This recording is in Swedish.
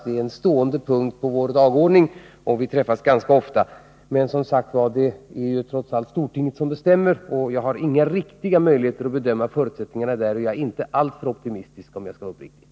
Det är en stående punkt på vår dagordning, och vi träffas ganska ofta. Men som sagt: Det är trots allt stortinget som bestämmer, och jag har inga riktiga möjligheter att bedöma förutsättningarna. Jag är inte alltför optimistisk, om jag skall vara uppriktig.